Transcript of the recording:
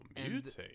mutate